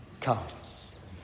comes